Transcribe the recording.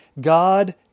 God